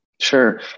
Sure